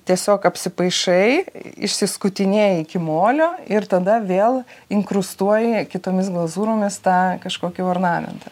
tiesiog apsipaišai išsiskutinėji iki molio ir tada vėl inkrustuoji kitomis glazūromis tą kažkokį ornamentą